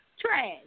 trash